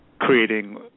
creating